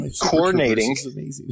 coordinating